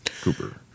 Cooper